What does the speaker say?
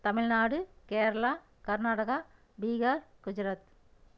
Tamil Nadu Kerala Karnataka Bihar Gujarat